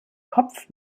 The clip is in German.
kopf